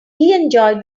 enjoyed